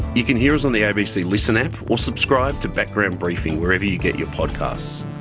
you can hear us on the abc listen app, or subscribe to background briefing wherever you get your podcasts.